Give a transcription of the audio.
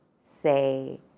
say